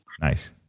Nice